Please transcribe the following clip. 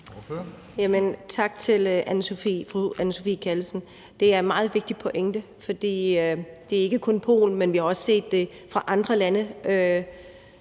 Tak til fru Anne Sophie Callesen. Det er en meget vigtig pointe, for det er ikke kun i Polen, men også i andre lande,